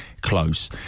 close